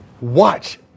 watch